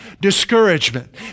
discouragement